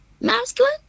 masculine